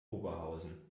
oberhausen